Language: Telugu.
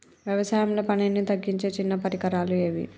వ్యవసాయంలో పనిని తగ్గించే చిన్న పరికరాలు ఏవి?